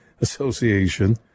Association